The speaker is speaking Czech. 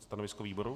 Stanovisko výboru?